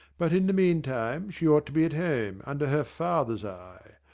but in the meantime, she ought to be at home, under her father's eye ah!